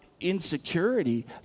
insecurity